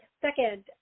second